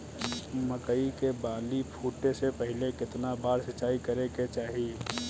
मकई के बाली फूटे से पहिले केतना बार सिंचाई करे के चाही?